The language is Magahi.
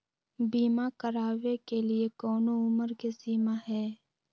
बीमा करावे के लिए कोनो उमर के सीमा है?